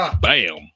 Bam